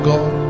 God